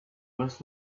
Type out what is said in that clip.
was